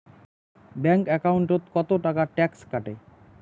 Bank একাউন্টত কতো টাকা ট্যাক্স কাটে?